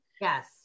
Yes